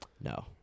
No